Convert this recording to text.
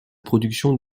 production